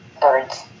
birds